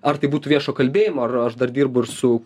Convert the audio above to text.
ar tai būtų viešo kalbėjimo ar aš dar dirbu ir su